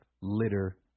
litter